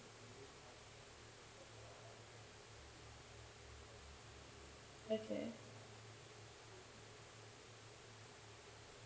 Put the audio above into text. okay